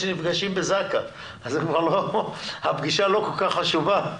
שנפגשים בזק"א אז הפגישה לא כל כך חשובה.